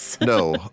No